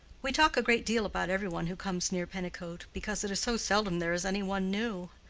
we talk a great deal about every one who comes near pennicote, because it is so seldom there is any one new.